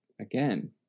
Again